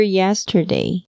yesterday